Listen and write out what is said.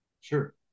Sure